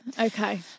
okay